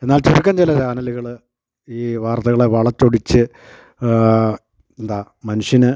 എന്നാൽ ചുരുക്കം ചില ചാനലുകൾ ഈ വാർത്തകളെ വളച്ചൊടിച്ച് എന്താ മനുഷ്യന്